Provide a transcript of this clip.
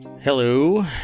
Hello